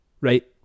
right